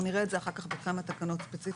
אנחנו נראה את זה אחר כך בכמה תקנות ספציפית.